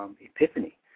epiphany